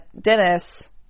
Dennis